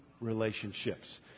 relationships